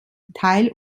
teil